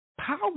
power